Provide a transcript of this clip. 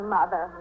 Mother